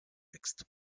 fixed